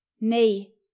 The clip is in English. nay